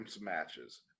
matches